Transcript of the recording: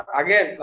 again